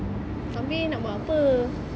abeh nak buat apa